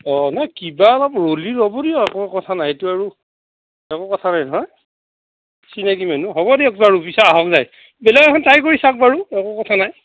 অঁ নাই কিবা অলপ ল'লি ল'ব দিয়ক একো কথা নাই সেইটো আৰু একো কথা নাই নহয় চিনাকি মানুহ হ'ব দিয়ক বাৰু পিছে আহক যায় বেলেগ এখন ট্ৰাই কৰি চাওক বাৰু একো কথা নাই